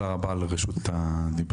תודה רבה על רשות הדיבור.